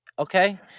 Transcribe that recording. okay